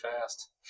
fast